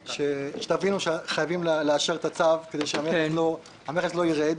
שתבינו שחייבים לאשר את הצו כדי שהמכס לא ירד.